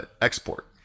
export